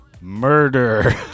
murder